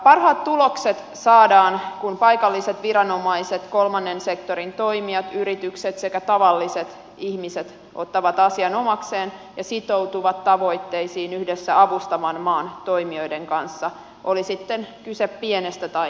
parhaat tulokset saadaan kun paikalliset viranomaiset kolmannen sektorin toimijat yritykset sekä tavalliset ihmiset ottavat asian omakseen ja sitoutuvat tavoitteisiin yhdessä avustavan maan toimijoiden kanssa oli sitten kyse pienestä tai